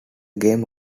game